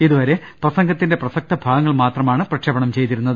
ഇതുവരെ പ്രസംഗത്തിന്റെ പ്രസക്ത ഭാഗങ്ങൾ മാത്രമാണ് പ്രക്ഷേപണം ചെയ്തിരുന്നത്